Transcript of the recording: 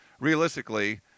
Realistically